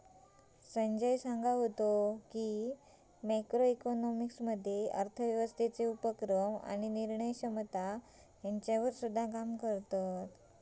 संजय सांगत व्हतो की, मॅक्रो इकॉनॉमिक्स मध्ये अर्थव्यवस्थेचे उपक्रम आणि निर्णय क्षमता ह्यांच्यावर काम करतत